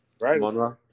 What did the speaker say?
Right